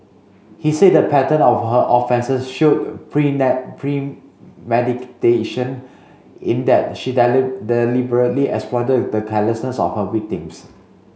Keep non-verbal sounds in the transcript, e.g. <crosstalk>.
he said the pattern of her offences showed <unintelligible> premeditation in that she <unintelligible> deliberately exploited the carelessness of her victims